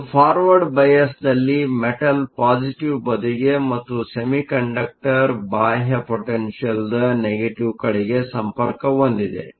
ಒಂದು forward bias ನಲ್ಲಿ metal positive ಬದಿಗೆ ಮತ್ತು ಸೆಮಿಕಂಡಕ್ಟರ್ ಬಾಹ್ಯ ಪೊಟೆನ್ಷಿಯಲ್Potentialದ ನೆಗೆಟಿವ್ ಕಡೆಗೆ ಸಂಪರ್ಕ ಹೊಂದಿದೆ